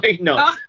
no